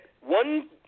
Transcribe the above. one